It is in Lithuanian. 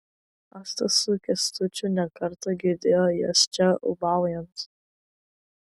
asta su kęstučiu ne kartą girdėjo jas čia ūbaujant